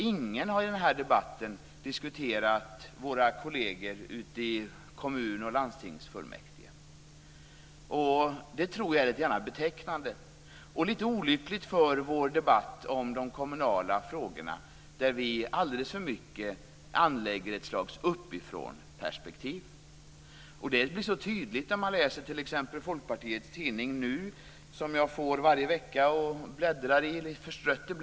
Ingen har i den här debatten diskuterat våra kolleger ute i kommun och landstingsfullmäktige. Jag tror att det är betecknande och litet olyckligt för vår debatt om de kommunala frågorna, där vi alldeles för mycket anlägger ett slags uppifrånperspektiv. Det blir tydligt när man läser t.ex. Folkpartiets tidning Nu, som jag får varje vecka och bläddrar förstrött i.